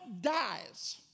dies